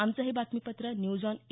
आमचं हे बातमीपत्र न्यूज ऑन ए